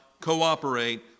cooperate